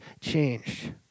changed